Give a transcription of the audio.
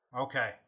Okay